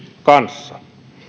kanssa